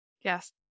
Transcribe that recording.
Yes